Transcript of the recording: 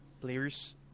players